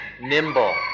nimble